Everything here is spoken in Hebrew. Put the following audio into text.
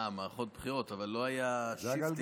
אה, מערכות בחירות, אבל לא היה shifting.